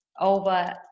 over